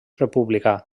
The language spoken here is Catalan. republicà